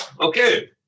okay